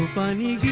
by the